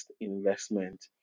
investment